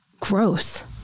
gross